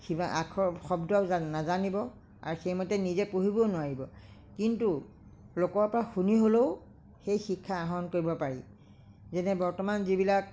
কিবা আখৰ শব্দ নাজানিব আৰু সেইমতে নিজে পঢ়িবও নোৱাৰিব কিন্তু লোকৰ পৰা শুনি হ'লেও সেই শিক্ষা আহৰণ কৰিব পাৰি যেনে বৰ্তমান যিবিলাক